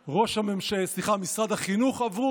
החינוך עברו